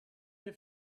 you